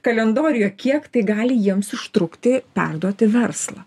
kalendoriuje kiek tai gali jiems užtrukti perduoti verslą